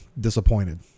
disappointed